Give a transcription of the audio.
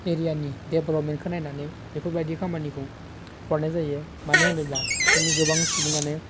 एरियानि देबलपमेन्टखौ नायनानै बेफोरबायदि खामानिखौ हरनाय जायो मानो होनोब्ला जोंनि गोबां सुबुङानो